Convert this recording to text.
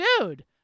Dude